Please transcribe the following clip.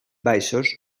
baixos